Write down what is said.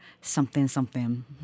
something-something